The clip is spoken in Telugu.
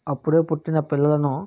అప్పుడే పుట్టిన పిల్లలను